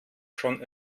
schon